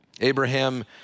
Abraham